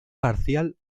parcial